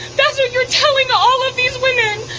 that's what you're telling all of these women,